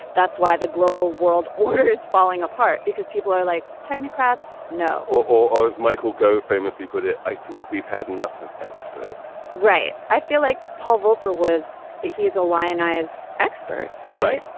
that's why the global world order is falling apart, because people are like technocrats. no or or as michael gove famously put it, i think we've had enough of experts right. i feel like paul volcker was he is a lionized expert. right.